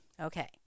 Okay